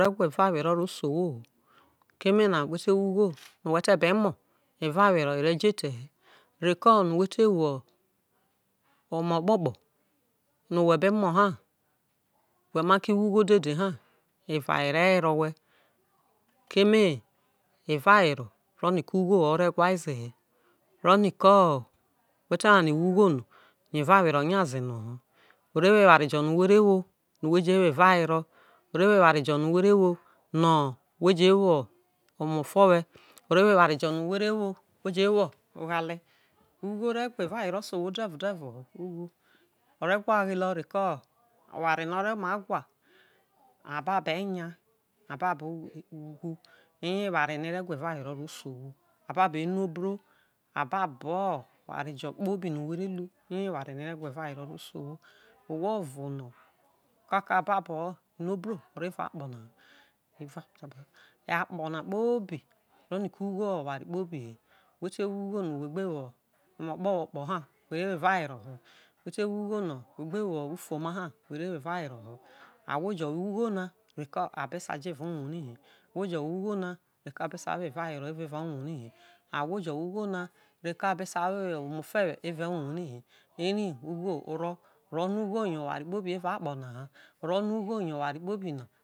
ore̠ gwa evawero ro se ohwo keme na whe̠ te̠ be mo̠ whe̠ te wo ugho ore gwa evawero ere̠ so̠ ete̠ he, whe̠ te wo̠ oma kpokpo̠ whe ma ke wo ugho dede ha eva ere were owhe̠ keme evawere o̠ro̠no̠ ugho ore gwa ze he oroni ko whe̠te̠ wani wo ugho no evawere nyaze no ho. Ore wo eware jo̠ no̠ whe re wo we je wo evawero ore wo eware jo̠ no̠ where wo we je wo ona fowe̠, oware jo̠ no̠ were wo we je wo oghale, ugho re gwo evawero se owho de̠ vo de̠ vo ho ugho. O re gwa ghelo̠ ugho reko oware no̠ are ma gwa ababo e̠ya abobo uwo oya eware no ure gwa evawero ro se ohwo. Ababo̠ enuobro, ababo̠ oware jo̠ kpobi no whe re lu, eye eware jo no̠ ore gwa evaware se ohwo, ohwo o̠ vo no, o̠ kaka ababo̠ enuobro oro̠ evao akpo̠ na ha, akpo̠ na kpobi o̠ro̠no̠ ko ugho ho oware kpobi hi, whe te wo ugho no whe gbe wo omakpokpo ha whe ta wo evawero̠ ho̠, whe te wo ugho no whe gbe woh ufuoma ha whe ta wo evawero ho, ahwo jo wo ugho na reko abe sa jo eva uwo ro hi ahwo jo wo ugho na reko abe sa wo omofowe̠ evao̠ uwo ri hi eri ugho oro̠, o̠re̠no̠ ugho yo oware kpobi evao akpo na ha o̠ro̠no̠ ugho ye.